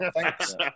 thanks